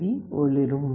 D ஒளிரும்